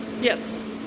Yes